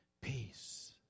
Peace